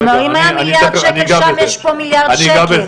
כלומר אם היה מיליארד שקל שם, יש פה מיליארד שקל.